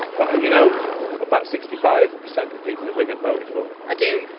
but you know about sixty five percent of people in wigan voted for it? i do,